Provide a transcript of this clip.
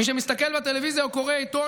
מי שמסתכל בטלוויזיה או קורא עיתון